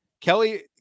Kelly